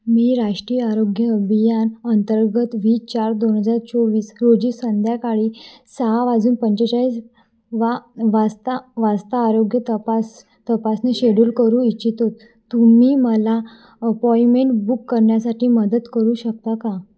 मी राष्ट्रीय आरोग्य अभियान अंतर्गत वीस चार दोन हजार चोवीस रोजी संध्याकाळी सहा वाजून पंचेचाळीस वा वाजता वाजता आरोग्य तपास तपासणी शेड्यूल करू इच्छित होत तुम्ही मला अपॉइमेंट बुक करण्यासाठी मदत करू शकता का